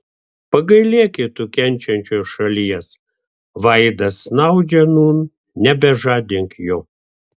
pagailėki tu kenčiančios šalies vaidas snaudžia nūn nebežadink jo